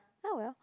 oh well